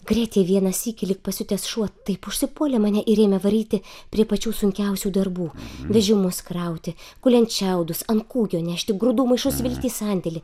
krėtė vieną sykį lyg pasiutęs šuo taip užsipuolė mane ir ėmė varyti prie pačių sunkiausių darbų vežimus krauti kuliant šiaudus ant kūgio nešti grūdų maišus vilkti į sandėlį